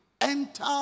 enter